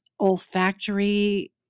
olfactory